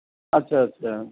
আচ্ছা আচ্ছা